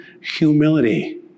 Humility